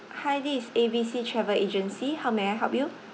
hi this is A B C travel agency how may I help you